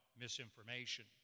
misinformation